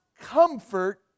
comfort